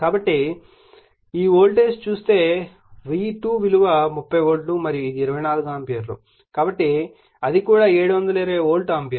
కాబట్టి ఈ వోల్టేజ్ చూస్తే V2 విలువ 30 వోల్ట్ మరియు ఇది 24 ఆంపియర్ కాబట్టి అది కూడా 720 వోల్ట్ ఆంపియర్